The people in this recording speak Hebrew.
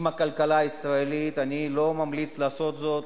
עם הכלכלה הישראלית, אני לא ממליץ לעשות זאת.